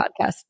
podcast